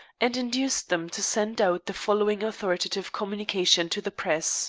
and induced them to send out the following authoritative communication to the press